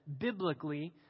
biblically